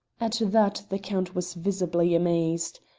at that the count was visibly amazed.